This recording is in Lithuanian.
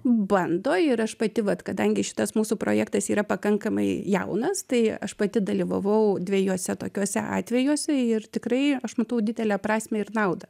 bando ir aš pati vat kadangi šitas mūsų projektas yra pakankamai jaunas tai aš pati dalyvavau dviejuose tokiuose atvejuose ir tikrai aš matau didelę prasmę ir naudą